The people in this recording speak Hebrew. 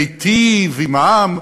מיטיב עם העם,